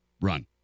run